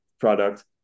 product